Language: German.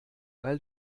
weil